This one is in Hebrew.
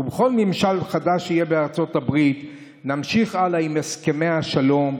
ובכל ממשל חדש שיהיה בארצות הברית נמשיך הלאה עם הסכמי השלום.